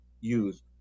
use